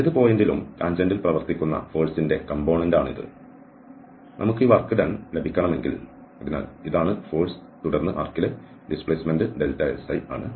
ഏത് പോയിൻറ്ലും ടാൻജന്റിൽ പ്രവർത്തിക്കുന്ന ഫോഴ്സിന്റെ കംപോണേന്റ് ആണിത് നമുക്ക് ഈ വർക്ക് ഡൺ ലഭിക്കണമെങ്കിൽ അതിനാൽ ഇതാണ് ഫോഴ്സ് തുടർന്ന് ആർക്കിലെ ഡിസ്പ്ലേസ്മെന്റ് si ആണ്